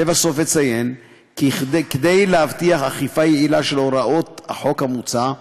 לבסוף אציין כי כדי להבטיח אכיפה יעילה של הוראות החוק המוצע,